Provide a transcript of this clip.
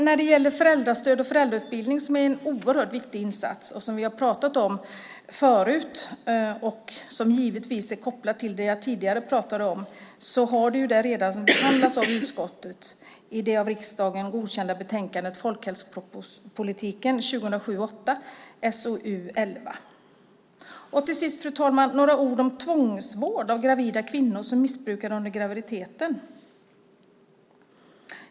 När det gäller föräldrastöd och föräldrautbildning, som är en oerhört viktig insats som vi har pratat om förut och som givetvis är kopplad till det jag tidigare pratade om, har det redan behandlats av utskottet i betänkandet 2007/08: SoU11, En förnyad folkhälsopolitik, som riksdagen beslutat om. Till sist, fru talman, vill jag säga några ord om tvångsvård av gravida kvinnor som missbrukar under graviditeten.